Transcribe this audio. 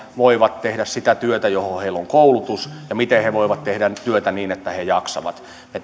voivat tehdä sitä työtä johon heillä on koulutus ja miten he voivat tehdä työtä niin että he jaksavat me